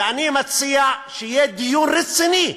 ואני מציע שיהיה דיון רציני: